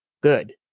good